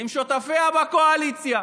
עם שותפיה בקואליציה